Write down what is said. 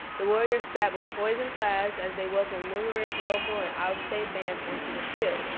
the warriors sat with poison class as they welcomed numerous local and out-of-state bands onto the field.